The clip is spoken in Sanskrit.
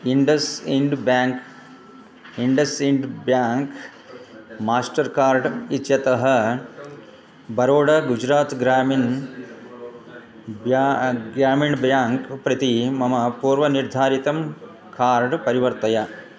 Indus Ind bank IndusInd bank Mastercard इत्यतः बरोडा गुजरात् ग्रामिन् ब्या ग्रामिण् ब्याङ्क् प्रति मम पूर्वनिर्धारितं कार्ड् परिवर्तय